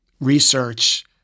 research